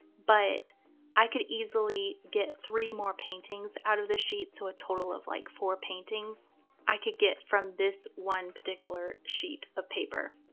but i could easily get three more paintings out of this sheet. ao so a total of like four paintings i could get from this one particular sheet of paper.